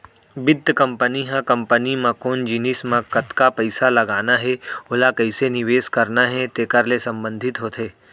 बित्त कंपनी ह कंपनी म कोन जिनिस म कतका पइसा लगाना हे ओला कइसे निवेस करना हे तेकर ले संबंधित होथे